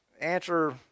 answer